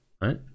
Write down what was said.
right